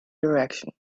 direction